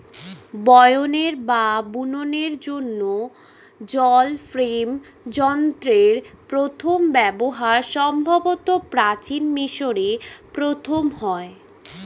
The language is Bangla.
বয়নের বা বুননের জন্য জল ফ্রেম যন্ত্রের প্রথম ব্যবহার সম্ভবত প্রাচীন মিশরে প্রথম হয়